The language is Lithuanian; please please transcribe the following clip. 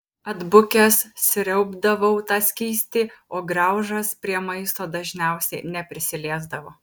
atbukęs sriaubdavau tą skystį o graužas prie maisto dažniausiai neprisiliesdavo